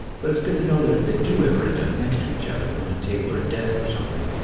but it's good to know that if they do ever end up next to each other on a table or desk or something,